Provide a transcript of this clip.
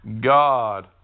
God